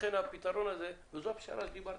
לכן הפתרון הזה הוא הפשרה שעליה דיברתי.